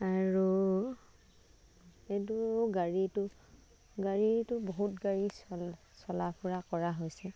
আৰু এইটো গাড়ীটো গাড়ীটো বহুত গাড়ী চল চলা ফুৰা কৰা হৈছে